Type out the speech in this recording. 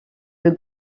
des